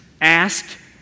asked